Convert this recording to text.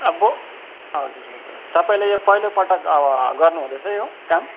अब हजुर हजुर तपाईँले यो पहिलोपटक अब गर्नुहुँदैछ यो काम